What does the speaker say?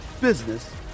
business